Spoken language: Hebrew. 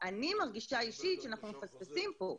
באופן אישי אני מרגישה שאנחנו מפספסים פה.